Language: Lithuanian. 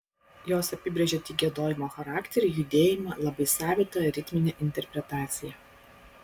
jos apibrėžė tik giedojimo charakterį judėjimą labai savitą ritminę interpretaciją